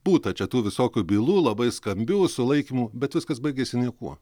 būta čia tų visokių bylų labai skambių sulaikymų bet viskas baigėsi niekuo